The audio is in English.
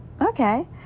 Okay